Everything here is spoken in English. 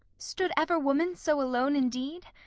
stood ever woman so alone indeed?